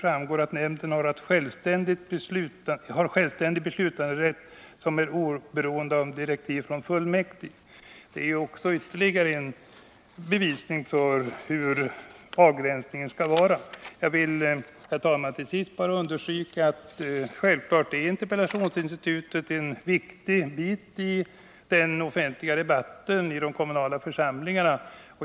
framgår att nämnden har en självständig beslutanderätt som är oberoende av direktiv från fullmäktige. Jag vill till sist, herr talman, understryka att interpellationsinstitutet självfallet utgör en viktig del av den offentliga debatten i de kommunala församlingarna.